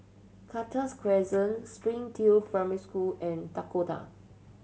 Cactus Crescent Springdale Primary School and Dakota